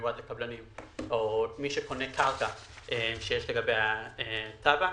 שמי שקונה קרקע שיש לגביה תב"ע,